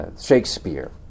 Shakespeare